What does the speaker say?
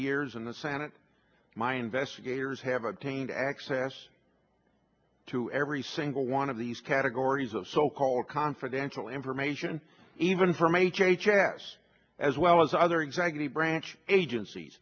years in the senate my investigators have obtained access to every single one of these categories of so called confidential information even from h h s as well as other executive branch agenc